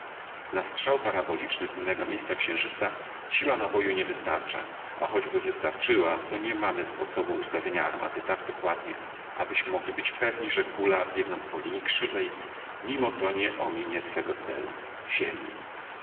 na strzał paraboliczny z innego miejsca księżyca siła naboju nie wystarcza a choćby wystarczyła to nie mamy sposobu ustawienia armaty tak dokładnie abyśmy mogli być pewni że kula biegnąc po linii krzywej mimo to nie ominie swego celu ziemi